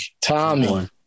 Tommy